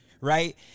right